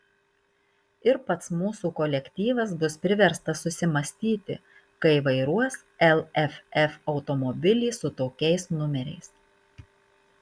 ir pats mūsų kolektyvas bus priverstas susimąstyti kai vairuos lff automobilį su tokiais numeriais